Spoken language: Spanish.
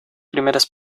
primeras